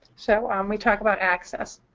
so um we talk about access.